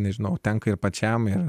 nežinau tenka ir pačiam